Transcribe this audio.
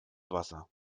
wasser